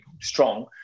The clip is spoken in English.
strong